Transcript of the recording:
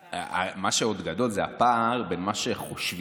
מה שעוד גדול זה הפער בין מה שחושב